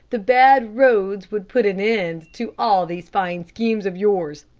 the bad roads would put an end to all these fine schemes of yours.